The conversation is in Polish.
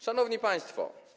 Szanowni Państwo!